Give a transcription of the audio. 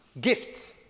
gifts